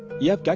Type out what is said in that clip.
yes.